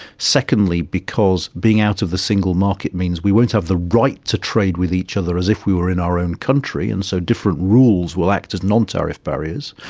secondly, because being out of the single market means we won't have the right to trade with each other as if we were in our own country, and so different rules will act as nontariff barriers.